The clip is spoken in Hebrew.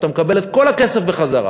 אתה מקבל את כל הכסף בחזרה,